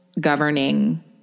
governing